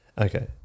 Okay